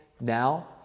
now